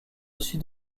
sud